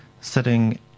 sitting